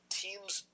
teams